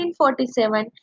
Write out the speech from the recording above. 1947